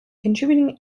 contributing